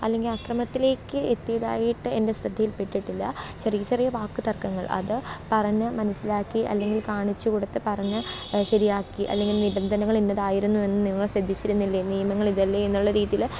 അല്ലെങ്കിൽ അക്രമണത്തിലേക്ക് എത്തിയതായിട്ട് എന്റെ ശ്രദ്ധയിൽപ്പെട്ടിട്ടില്ല ചെറിയ ചെറിയ വാക്കു തര്ക്കങ്ങള് അത് പറഞ്ഞാൽ അതുപോലെ മനസ്സിലാക്കി അല്ലെങ്കിൽ കാണിച്ച് കൊടുത്ത് പറഞ്ഞ് ശരിയാക്കി അല്ലെങ്കിൽ നിബന്ധനകളിന്നതായിരുന്നു എന്ന് നിങ്ങള് ശ്രദ്ധിച്ചിരുന്നില്ലെ എന്ന് നിയമങ്ങളിതല്ലെ എന്നുള്ള രീതിയിൽ